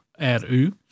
RU